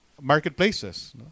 marketplaces